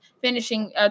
finishing